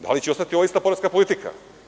Da li će ostati ova ista poreska politika?